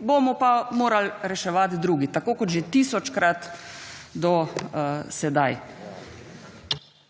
bomo pa morali reševati drugi, tako kot že tisočkrat do sedaj.